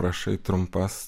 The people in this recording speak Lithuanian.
rašai trumpas